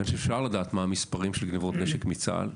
ואני חושב שאפשר לדעת מה המספרים של גנבות נשק מצה"ל,